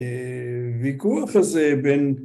ויכוח הזה בין